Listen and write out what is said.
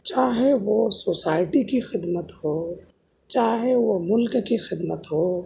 چاہے وہ سوسائٹی کی خدمت ہو چاہے وہ ملک کی خدمت ہو